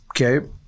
okay